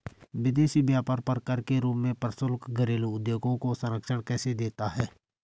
विदेशी व्यापार पर कर के रूप में प्रशुल्क घरेलू उद्योगों को संरक्षण कैसे देता है?